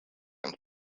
and